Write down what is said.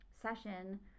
session